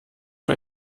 bei